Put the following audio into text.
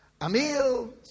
Amil